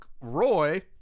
Roy